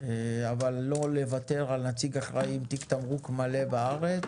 אבל לא לוותר על נציג אחראי עם תיק תמרוק מלא בארץ.